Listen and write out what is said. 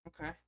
okay